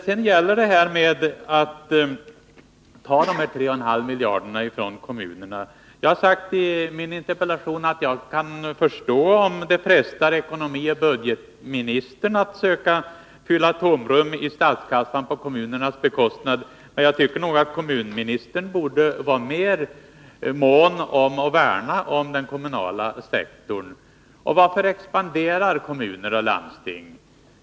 Beträffande detta att man tar 3,5 miljarder kronor från kommunerna har jag i min interpellation sagt att jag kan förstå om det frestar ekonomioch budgetministern att försöka fylla tomrum i statskassan på kommunernas bekostnad. Men jag tycker att kommunministern borde vara mer mån att värna om den kommunala sektorn. Varför expanderar kommuner och landsting?